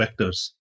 vectors